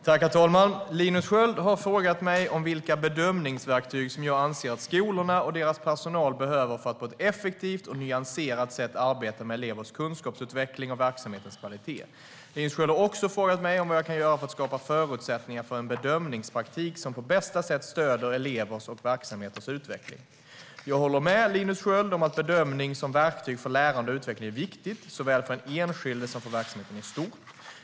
Herr talman! Linus Sköld har frågat mig vilka bedömningsverktyg som jag anser att skolorna och deras personal behöver för att på ett effektivt och nyanserat sätt arbeta med elevers kunskapsutveckling och verksamheters kvalitet. Linus Sköld har också frågat mig vad jag kan göra för att skapa förutsättningar för en bedömningspraktik som på bästa sätt stöder elevers och verksamheters utveckling. Jag håller med Linus Sköld om att bedömning som verktyg för lärande och utveckling är viktigt, såväl för den enskilde som för verksamheten i stort.